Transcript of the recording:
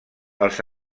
els